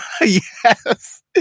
Yes